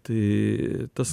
tai tas